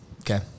Okay